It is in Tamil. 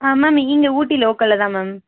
ஆ மேம் இங்கே ஊட்டி லோக்கலில் தான் மேம்